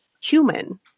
human